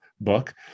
book